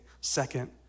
Second